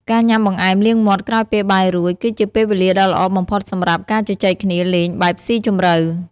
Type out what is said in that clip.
ការញ៉ាំបង្អែមលាងមាត់ក្រោយពេលបាយរួច គឺជាពេលវេលាដ៏ល្អបំផុតសម្រាប់ការជជែកគ្នាលេងបែបស៊ីជម្រៅ។